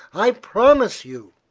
i promise you.